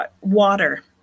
Water